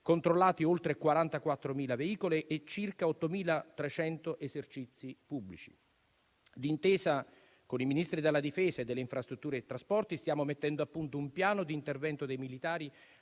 controllati oltre 44.000 veicoli e circa 8.300 esercizi pubblici. D'intesa con i Ministri della difesa e delle infrastrutture e trasporti stiamo mettendo appunto un piano di intervento dei militari